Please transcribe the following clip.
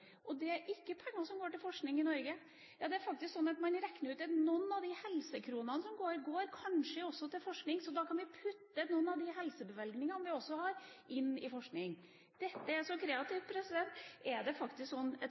Det er ikke penger som går til forskning i Norge. Man har regnet ut at noen av helsekronene kanskje går til forskning, så da kan vi putte noen av de helsebevilgningene vi også har, inn i forskning. Dette er kreativt. Er det faktisk sånn